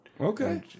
Okay